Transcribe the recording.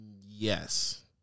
yes